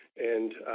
and